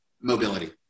mobility